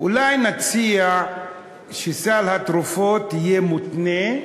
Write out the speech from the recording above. אולי נציע שסל התרופות יהיה מותנה,